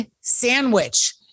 sandwich